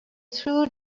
through